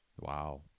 wow